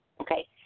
Okay